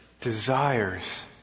desires